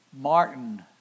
Martin